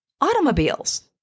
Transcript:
automobiles